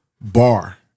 Bar